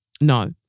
no